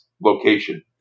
location